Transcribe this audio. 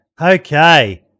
Okay